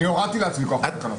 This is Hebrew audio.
אני הורדתי לעצמי כוח בתקנות.